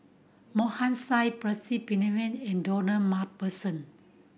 Mohan Singh Percy Pennefather and Ronald Macpherson